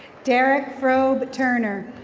derek frobe turner.